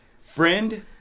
friend